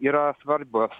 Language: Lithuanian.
yra svarbios